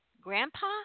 grandpa